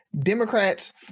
Democrats